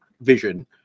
vision